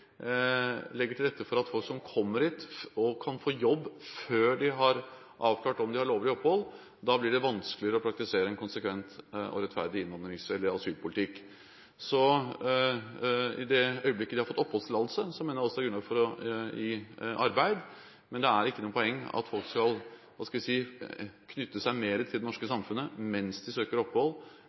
legger til rette for at folk som kommer hit, kan få jobb før de har avklart om de har lovlig opphold, blir det vanskeligere å praktisere en konsekvent og rettferdig innvandrings- eller asylpolitikk. I det øyeblikket de har fått oppholdstillatelse, er det også grunnlag for å gi arbeid. Men det er ikke noe poeng at folk skal – hva skal jeg si – knyttes mer enn helt nødvendig til det norske samfunnet mens de søker opphold,